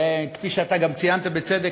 וכפי שאתה גם ציינת בצדק,